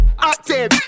Active